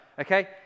okay